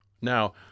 Now